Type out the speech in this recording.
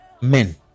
men